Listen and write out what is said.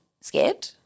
scared